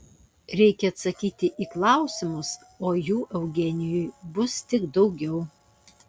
reikia atsakyti į klausimus o jų eugenijui bus tik daugiau